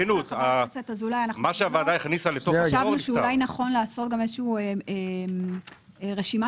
חשבנו שאולי נכון לעשות איזו שהיא רשימה